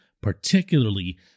particularly